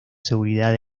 seguridad